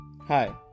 Hi